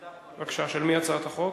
בבקשה, של מי הצעת החוק?